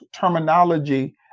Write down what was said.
terminology